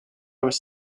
was